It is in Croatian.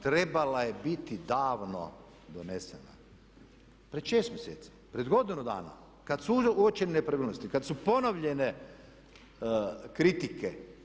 Trebala je biti davno donesena, prije 6 mjeseci, prije godinu dana kada sud uoči nepravilnosti, kada su ponovljene kritike.